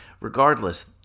Regardless